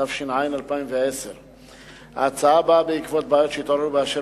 התש"ע 2010. ההצעה באה בעקבות בעיות שהתעוררו באשר